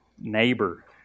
neighbor